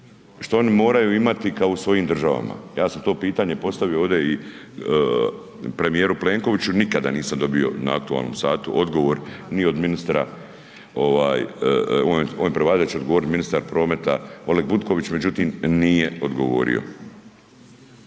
što oni moraju imati kao u svojim državama. Ja sam to pitanje postavio ovdje i premijeru Plenkoviću, nikada nisam dobio na aktualnom satu odgovor, ni od ministra…/Govornik se ne razumije/…odgovorit ministar prometa Oleg Butković, međutim, nije odgovorio.